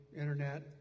internet